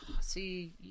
see